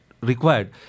required